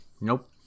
Nope